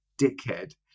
dickhead